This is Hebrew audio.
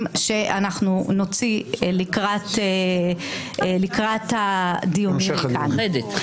שאנחנו נוציא לקראת --- המשך הדיונים.